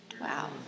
Wow